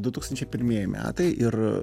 du tūkstančiai pirmieji metai ir